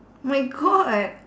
my god